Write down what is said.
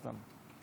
סתם.